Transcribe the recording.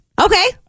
Okay